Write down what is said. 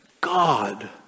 God